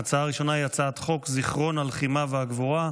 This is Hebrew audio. ההצעה הראשונה היא הצעת חוק זיכרון הלחימה והגבורה,